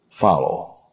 follow